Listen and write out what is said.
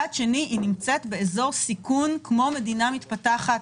מצד שני, היא נמצאת באזור סיכון כמו מדינה מתפתחת.